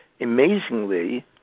amazingly